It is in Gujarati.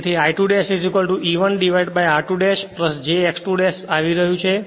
તેથી તે I2 ' E 1 divided r2 ' j X 2 ' આવી રહ્યું છે